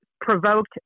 provoked